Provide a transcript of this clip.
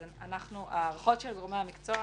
ההערכות של גורמי המקצוע